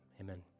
Amen